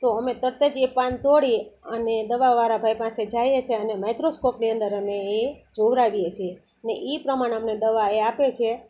તો અમે તરત જ એ પાન તોડી અને દવાવાળા ભાઈ પાસે જઈએ છીએ અને માઇક્રોસ્કોપની અંદર અમે એ જોવરાવીએ છીએ ને એ પ્રમાણે અમને દવા એ આપે છે